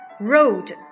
Road